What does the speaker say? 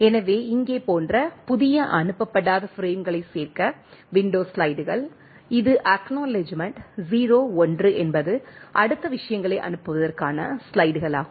எனவே இங்கே போன்ற புதிய அனுப்பப்படாத பிரேம்களைச் சேர்க்க விண்டோ ஸ்லைடுகள் இது அக்நாலெட்ஜ்மெண்ட் 0 1 என்பது அடுத்த விஷயங்களை அனுப்புவதற்கான ஸ்லைடுகளாகும்